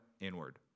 inward